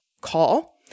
call